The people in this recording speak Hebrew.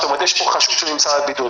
זאת אומרת יש פה חשוד שנמצא בבידוד,